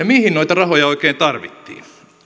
mihin noita rahoja oikein tarvittiin